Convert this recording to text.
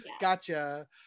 gotcha